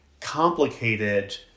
complicated